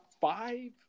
five